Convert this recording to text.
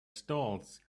stalls